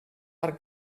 per